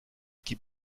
qui